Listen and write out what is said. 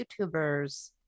YouTubers